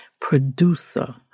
producer